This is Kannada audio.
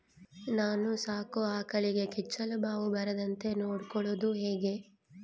ನಾನು ಸಾಕೋ ಆಕಳಿಗೆ ಕೆಚ್ಚಲುಬಾವು ಬರದಂತೆ ನೊಡ್ಕೊಳೋದು ಹೇಗೆ?